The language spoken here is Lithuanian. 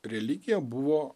religija buvo